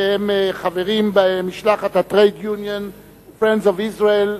שהם חברים במשלחתTrade Union Friends of Israel.